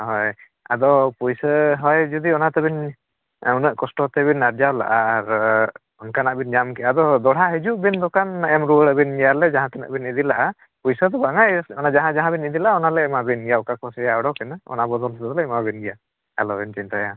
ᱦᱳᱭ ᱟᱫᱚ ᱯᱩᱭᱥᱟᱹ ᱦᱳᱭ ᱡᱩᱫᱤ ᱚᱱᱟ ᱛᱤᱵᱤᱱ ᱩᱱᱟᱹᱜ ᱠᱚᱥᱛᱚ ᱛᱮᱵᱮᱱ ᱟᱨᱡᱟᱣ ᱞᱟᱜᱼᱟ ᱟᱨ ᱚᱱᱠᱟᱱᱟᱜ ᱵᱤᱱ ᱧᱟᱢ ᱠᱮᱜᱼᱟ ᱟᱫᱚ ᱫᱚᱲᱦᱟ ᱦᱤᱡᱩᱜ ᱵᱤᱱ ᱫᱚᱠᱟᱱ ᱮᱢ ᱨᱩᱣᱟᱹᱲ ᱟᱵᱮᱱ ᱜᱮᱭᱟᱞᱮ ᱡᱟᱦᱟᱸ ᱛᱤᱱᱟᱹᱜ ᱵᱤᱱ ᱤᱫᱤ ᱞᱟᱜᱼᱟ ᱯᱩᱭᱥᱟᱹ ᱫᱚ ᱵᱟᱝᱟ ᱡᱟᱦᱟᱸ ᱡᱟᱦᱟᱸ ᱵᱮᱱ ᱤᱫᱤ ᱞᱟᱜᱼᱟ ᱚᱱᱟᱞᱮ ᱮᱢᱟ ᱵᱤᱱ ᱜᱮᱭᱟ ᱚᱠᱟᱠᱚ ᱥᱮᱭᱟ ᱚᱰᱚᱠᱮᱱᱟ ᱚᱱᱟ ᱵᱚᱫᱚᱞ ᱛᱮᱫᱚ ᱞᱮ ᱮᱢᱟ ᱵᱮᱱ ᱜᱮᱭᱟ ᱟᱞᱚᱵᱮᱱ ᱪᱤᱱᱛᱟᱹᱭᱟ